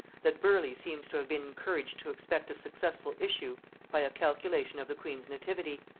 that burleigh seems to have been encouraged to expect a successful issue by a calculation of the queen's nativity,